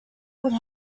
would